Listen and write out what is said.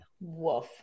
Woof